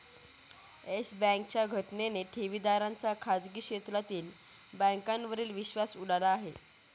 yes बँकेच्या घटनेने ठेवीदारांचा खाजगी क्षेत्रातील बँकांवरील विश्वास उडाला आहे